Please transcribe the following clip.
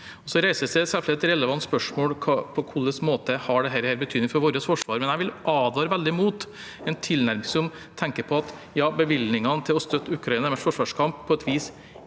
Så reises det et relevant spørsmål om på hvilken måte dette har betydning for vårt forsvar, men jeg vil advare veldig mot en tilnærming som tenker at bevilgningene til å støtte Ukrainas forsvarskamp på et vis